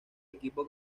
equipo